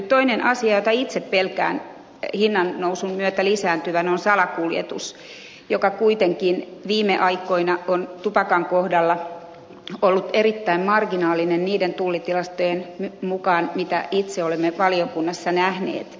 toinen asia jonka itse pelkään hinnannousun myötä lisääntyvän on salakuljetus joka kuitenkin viime aikoina on tupakan kohdalla ollut erittäin marginaalista niiden tullitilastojen mukaan mitä itse olemme valiokunnassa nähneet